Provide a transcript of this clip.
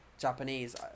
Japanese